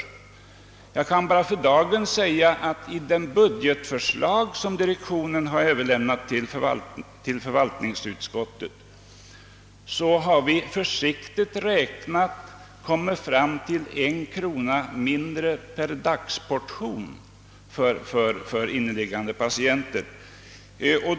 För dagen kan jag meddela att direktionen i det budgetförslag som har överlämnats till förvaltningsutskottet försiktigt räknat har stannat vid en krona mindre per dagsportion för inneliggande patienter.